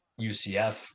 UCF